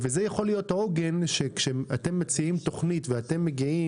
זה יכול להיות עוגן כשאתם מציעים תוכנית ומגיעים